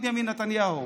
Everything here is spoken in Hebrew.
בנימין נתניהו,